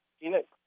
Phoenix